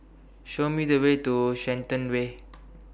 Show Me The Way to Shenton Way